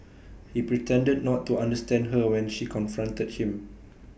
he pretended not to understand her when she confronted him